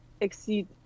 exceed